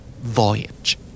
Voyage